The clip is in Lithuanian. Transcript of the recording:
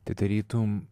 tai tarytum